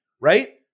right